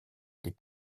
des